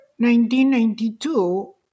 1992